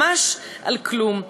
ממש על כלום.